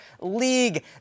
league